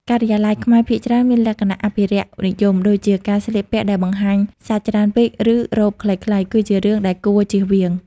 ការិយាល័យខ្មែរភាគច្រើនមានលក្ខណៈអភិរក្សនិយម ដូច្នេះការស្លៀកពាក់ដែលបង្ហាញសាច់ច្រើនពេក ឬរ៉ូបខ្លីៗ គឺជារឿងដែលគួរជៀសវាង។